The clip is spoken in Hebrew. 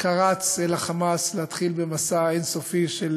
קרץ ל"חמאס" להתחיל במסע אין-סופי של